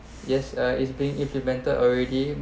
yes uh is being implemented already